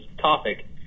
topic